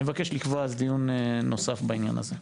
אני מבקש לקבוע דיון נוסף בעניין הזה.